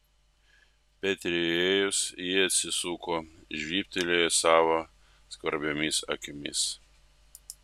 peteriui įėjus ji atsisuko žybtelėjusi savo skvarbiomis akimis